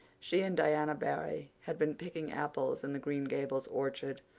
she and diana barry had been picking apples in the green gables orchard,